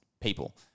people